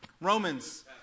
Romans